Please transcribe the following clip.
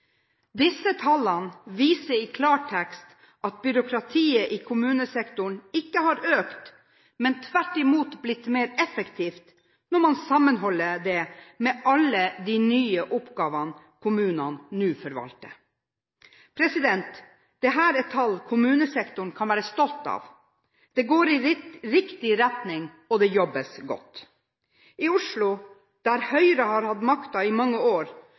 Disse tallene viser i klartekst at byråkratiet i kommunesektoren ikke har økt, men tvert imot har blitt mer effektivt når man sammenholder det med alle de nye oppgavene kommunene nå forvalter. Dette er tall kommunesektoren kan være stolt av. Det går i riktig retning, og det jobbes godt. I Oslo, der Høyre har hatt makten i mange år,